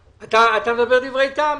מדבר דברי טעם.